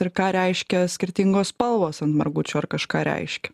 ir ką reiškia skirtingos spalvos ant margučių ar kažką reiškia